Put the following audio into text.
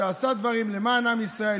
שעשה דברים למען עם ישראל,